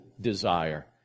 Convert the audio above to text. desire